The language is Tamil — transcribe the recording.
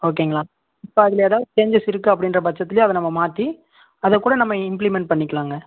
ஓகேங்களா இப்போ அதில் ஏதா சேஞ்சஸ் இருக்குது அப்படின்ற பட்சத்திலையே அதை நம்ம மாற்றி அதை கூட நம்ம இம்ப்ளீமெண்ட் பண்ணிக்கலாங்க